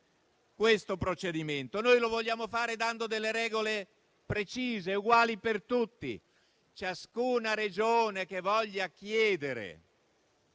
questo procedimento. Noi lo vogliamo fare dando delle regole precise e uguali per tutti. Ciascuna Regione che voglia chiedere